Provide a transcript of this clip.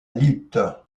lutte